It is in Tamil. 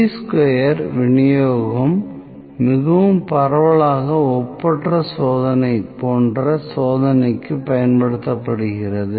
சீ ஸ்கொயர் விநியோகம் மிகவும் பரவலாக ஒப்பற்ற சோதனை போன்ற சோதனைக்கு பயன்படுத்தப்படுகிறது